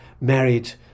married